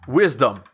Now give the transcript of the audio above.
wisdom